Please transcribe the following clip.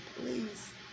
please